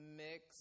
mix